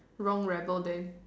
wrong ramble day